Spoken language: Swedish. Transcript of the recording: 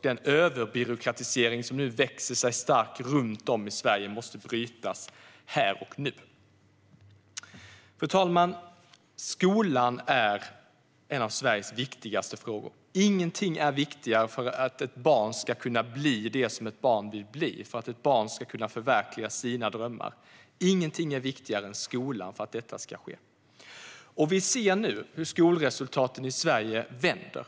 Den överbyråkratisering som nu växer sig stark runt om i Sverige måste brytas här och nu. Fru talman! Skolan är ett av Sveriges viktigaste områden. Ingenting är viktigare än att ett barn ska kunna vad det vill bli och kunna förverkliga sina drömmar. Ingenting är viktigare än skolan för att detta ska ske. Vi ser nu hur skolresultaten i Sverige vänder.